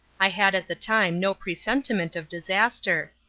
i had at the time no presentiment of disaster.